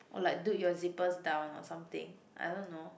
oh like dude your zippers down or something I don't know